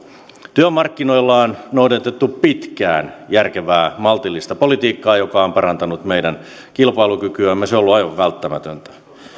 työmarkkinoilla on noudatettu pitkään järkevää maltillista politiikkaa joka on parantanut meidän kilpailukykyämme se on ollut aivan välttämätöntä on käynnistetty